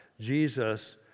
Jesus